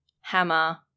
hammer